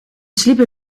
sliepen